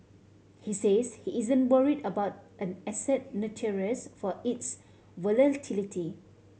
he says he isn't worried about an asset notorious for its volatility